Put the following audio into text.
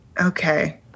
okay